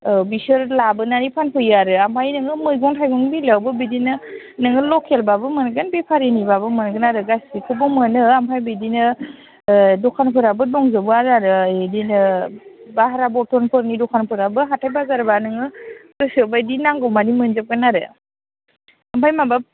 औ बिसोर लाबोनानै फानफैयो आरो ओमफ्राय नोङो मैगं थाइगंनि बेलायावबो बिदिनो नोङो लकेलब्लाबो मोनगोन बेफारिनिबाबो मोनगोन आरो गासैखौबो मोनो ओमफ्राय बिदिनो दखानफोराबो दंजोबो आरो बिदिनो भारा बर्तनफोरनि दखानफोराबो हाथाइ बाजारबा नोङो गोसो बायदि नांगौ मानि मोनजोबगोन आरो ओमफ्राय माबा